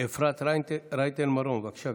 אפרת רייטן מרום, בבקשה,